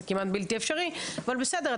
זה כמעט בלתי אפשרי אבל בסדר,